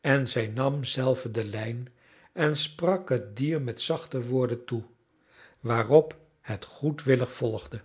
en zij nam zelve de lijn en sprak het dier met zachte woorden toe waarop het goedwillig volgde